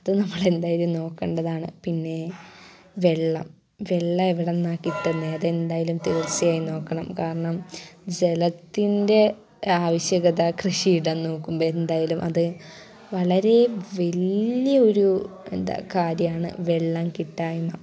അത് നമ്മൾ എന്തായാലും നോക്കേണ്ടതാണ് പിന്നേ വെള്ളം വെള്ളം എവിടെ നിന്നാണ് കിട്ടുന്നത് അത് എന്തായാലും തീർച്ചയായും നോക്കണം കാരണം ജലത്തിൻ്റെ ആവശ്യകത കൃഷിയിടം നോക്കുമ്പോൾ എന്തായാലും അത് വളരെ വലിയ ഒരു എന്താണ് കാര്യമാണ് വെള്ളം കിട്ടായ്മ